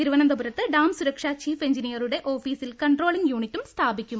തിരുവനന്തപുരത്ത് ഡാം സുരക്ഷാ ചീഫ് എഞ്ചിനീയറുടെ ഓഫീസിൽ കൺട്രോളിങ് യൂണിറ്റും സ്ഥാപിക്കും